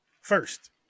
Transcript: first